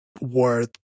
worth